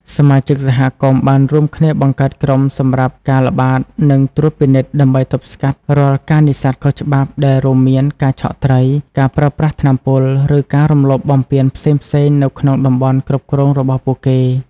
សមាជិកសហគមន៍បានរួមគ្នាបង្កើតក្រុមសម្រាប់ ការល្បាត និងត្រួតពិនិត្យ ដើម្បីទប់ស្កាត់រាល់ការនេសាទខុសច្បាប់ ដែលរួមមានការឆក់ត្រី ការប្រើប្រាស់ថ្នាំពុល ឬការរំលោភបំពានផ្សេងៗនៅក្នុងតំបន់គ្រប់គ្រងរបស់ពួកគេ។